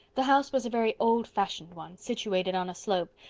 the house was a very old-fashioned one, situated on a slope,